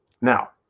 Now